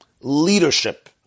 leadership